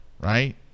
right